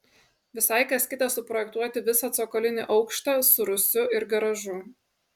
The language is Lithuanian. visai kas kita suprojektuoti visą cokolinį aukštą su rūsiu ir garažu